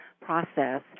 process